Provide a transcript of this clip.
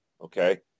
okay